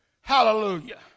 Hallelujah